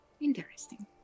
Interesting